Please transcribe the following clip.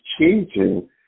changing